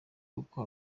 koko